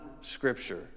scripture